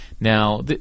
Now